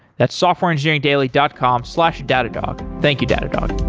that's softwareengineeringdaily dot com slash datadog. thank you datadog